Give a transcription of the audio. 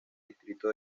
distrito